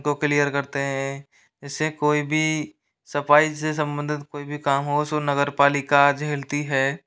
उनको क्लीयर करते हैं इससे कोई भी सफाई से संबंधित कोई भी काम हो उसे नगर पालिका झेलती है